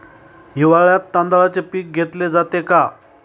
हिवाळ्यात तांदळाचे पीक घेतले जाते का?